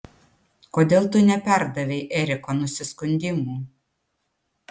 kodėl tu neperdavei eriko nusiskundimų